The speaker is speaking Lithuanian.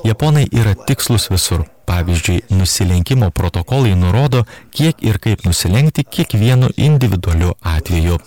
japonai yra tikslūs visur pavyzdžiui nusilenkimo protokolai nurodo kiek ir kaip nusilenkti kiekvienu individualiu atveju